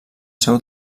seu